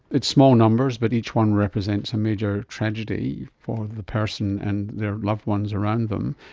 it's small numbers but each one represents a major tragedy for the person and their loved ones around them,